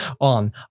on